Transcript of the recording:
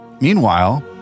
Meanwhile